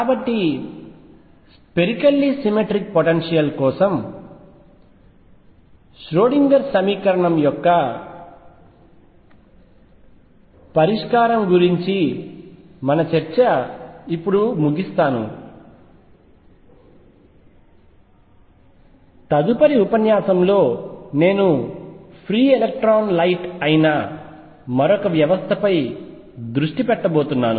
కాబట్టి spherically symmetric potentials కోసం Schrodinger సమీకరణం యొక్క పరిష్కారం గురించి మన చర్చ ఇప్పుడు ముగిస్తాను తదుపరి ఉపన్యాసం లో నేను ఫ్రీ ఎలక్ట్రాన్ లైట్ అయిన మరొక వ్యవస్థపై దృష్టి పెట్టబోతున్నాను